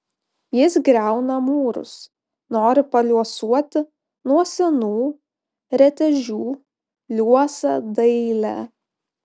jis griauna mūrus nori paliuosuoti nuo senų retežių liuosą dailę